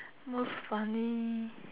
nose funny